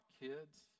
kids